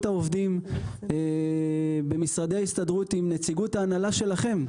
העובדים במשרדי ההסתדרות עם נציגות ההנהלה שלכם,